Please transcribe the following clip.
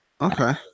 Okay